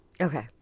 Okay